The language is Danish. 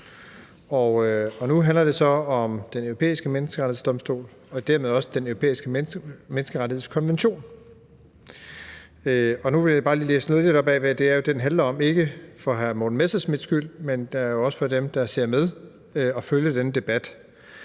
Nu handler det så om Den Europæiske Menneskerettighedsdomstol og dermed også Den Europæiske Menneskerettighedskonvention. Nu vil jeg bare lige læse lidt op af, hvad det er, den handler om, ikke for hr. Morten Messerschmidts skyld, men det er for dem, der ser med og følger denne debat.